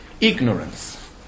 ignorance